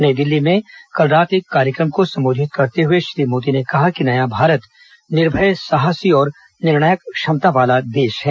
नई दिल्ली में कल रात एक कार्यक्रम को संबोधित करते हुए श्री मोदी ने कहा कि नया भारत निर्भय साहसी और निर्णायक क्षमता वाला देश है